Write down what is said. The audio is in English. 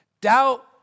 Doubt